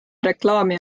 reklaami